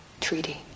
treaty